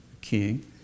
king